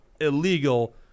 illegal